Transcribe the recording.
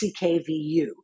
CKVU